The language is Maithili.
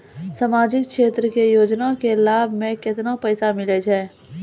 समाजिक क्षेत्र के योजना के लाभ मे केतना पैसा मिलै छै?